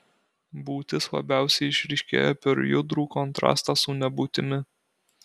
būtis labiausiai išryškėja per judrų kontrastą su nebūtimi